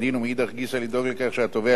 לדאוג לכך שהתובע לא יציע לחשוד